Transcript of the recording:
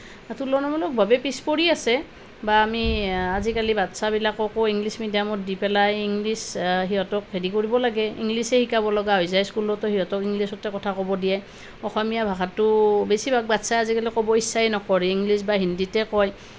তুলনামূলকভাৱে পিছ পৰি আছে বা আমি আজিকালি বাচ্ছাবিলাককো ইংলিছ মিডিয়ামত দি পেলাই ইংলিছ সিহঁতক হেৰি কৰিব লাগে ইংলিছেই শিকাব লগা হৈ যায় স্কুলতো সিহঁতক ইংলিছতে কথা ক'ব দিয়ে অসমীয়া ভাষাটো বেছিভাগ বাচ্ছাই আজিকালি ক'ব ইচ্ছাই নকৰে ইংলিছ বা হিন্দীতে কয়